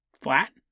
flat